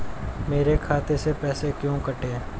मेरे खाते से पैसे क्यों कटे?